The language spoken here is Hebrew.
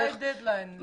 מתי הדד-ליין לחוק הזה?